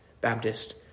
Baptist